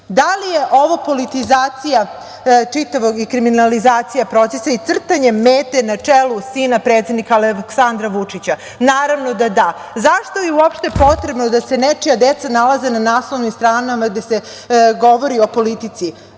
Da li je ovo politizacija i kriminalizacija čitavog procesa i crtanje mete na čelu sina predsednika Aleksandra Vučića? Naravno da da. Zašto je uopšte potrebno da se nečija deca nalaze na naslovnim stranama kada se govori o politici?